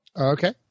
Okay